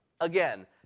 Again